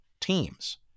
teams